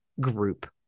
group